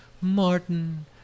martin